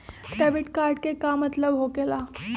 Debit card के का मतलब होकेला?